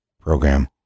program